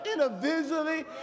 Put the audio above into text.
individually